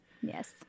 Yes